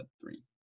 three